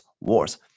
wars